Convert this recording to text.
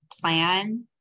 plan